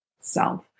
self